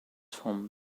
formed